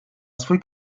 swój